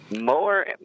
More